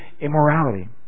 immorality